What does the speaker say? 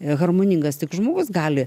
harmoningas tik žmogus gali